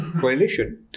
coalition